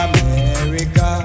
America